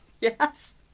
Yes